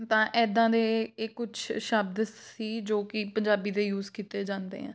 ਤਾਂ ਇੱਦਾਂ ਦੇ ਇਹ ਕੁਛ ਸ਼ਬਦ ਸੀ ਜੋ ਕਿ ਪੰਜਾਬੀ ਦੇ ਯੂਜ ਕੀਤੇ ਜਾਂਦੇ ਆ